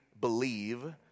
believe